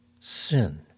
sin